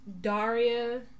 Daria